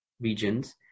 regions